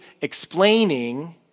explaining